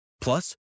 Plus